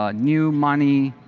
ah new money,